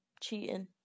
cheating